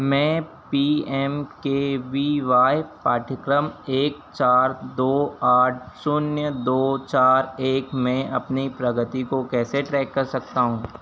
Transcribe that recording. मैं P M K V Y पाठ्यक्रम एक चार दो आठ शून्य दो चार एक में अपनी प्रगति को कैसे ट्रैक कर सकता हूँ